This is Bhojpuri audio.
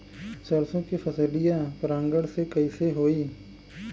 सरसो के फसलिया परागण से कईसे होई?